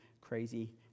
crazy